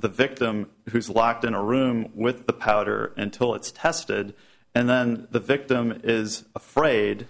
the victim who's locked in a room with the powder until it's tested and then the victim is afraid